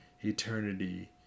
eternity